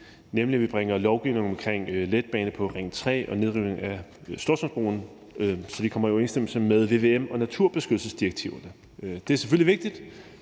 nemlig at vi bringer lovgivningen om letbane på Ring 3 og nedrivning af Storstrømsbroen i overensstemmelse med vvm- og naturbeskyttelsesdirektiverne. Det er selvfølgelig vigtigt,